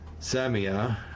Samia